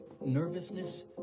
nervousness